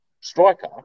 striker